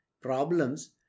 problems